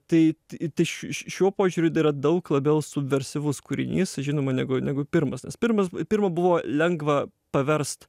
tai i tai š šiuo požiūriu yra daug labiau subversyvus kūrinys žinoma negu negu pirmas nes pirmas pirmą buvo lengva paverst